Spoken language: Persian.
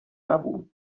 نبود